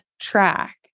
track